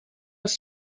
els